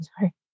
sorry